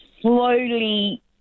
slowly